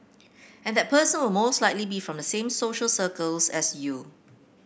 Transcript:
and that person will most likely be from the same social circles as you